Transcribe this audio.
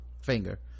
finger